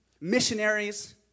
missionaries